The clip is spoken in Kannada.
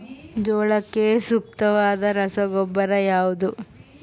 ಜೋಳಕ್ಕೆ ಸೂಕ್ತವಾದ ರಸಗೊಬ್ಬರ ಯಾವುದು?